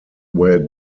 where